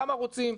כמה רוצים,